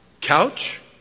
couch